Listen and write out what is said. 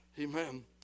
Amen